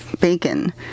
Bacon